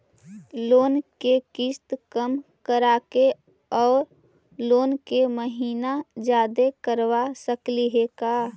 Loan के किस्त कम कराके औ लोन के महिना जादे करबा सकली हे का?